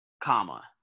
comma